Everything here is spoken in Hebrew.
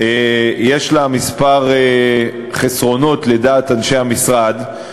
יש לה כמה חסרונות לדעת אנשי המשרד,